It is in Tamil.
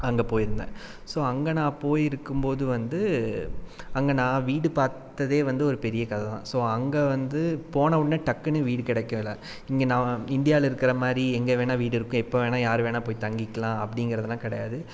அங்கே போயிருந்தேன் ஸோ அங்கே நான் போயிருக்கும்போது வந்து அங்கே நான் வீடு பார்த்ததே வந்து ஒரு பெரிய கதை தான் ஸோ அங்கே வந்து போனவுடனே டக்குனு வீடு கிடக்கில இங்கே நான் இண்டியாலருக்கிறமாரி எங்கே வேணுணா வீடிருக்கும் எப்போ வேணுணா யார் வேணுணா போய் தங்கிக்கலாம் அப்படிங்குறதுலான் கிடையாது